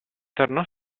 tornò